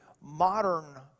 modern